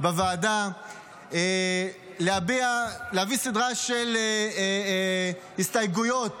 בוועדה להביא סדרה של הסתייגויות